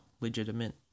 legitimate